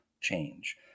change